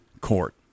court